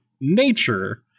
nature